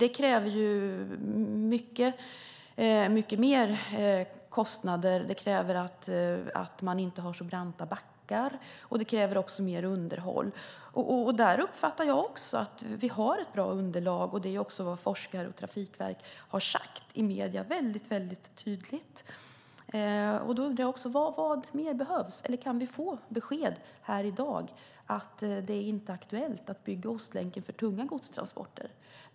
Det medför ju större kostnader, kräver att man inte har så branta backar och kräver också mer underhåll. På den punkten uppfattar jag att vi har ett bra underlag, och det är också vad forskare och Trafikverket har sagt tydligt i medierna. Då undrar jag: Vad mer behövs? Kan vi få besked här i dag om att det inte är aktuellt att bygga Ostlänken för tunga godstransporter?